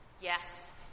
Yes